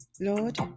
Lord